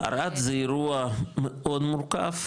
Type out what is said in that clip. ערד זה אירוע מאוד מורכב,